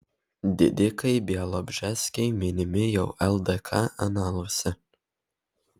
didikai bialobžeskiai minimi jau ldk analuose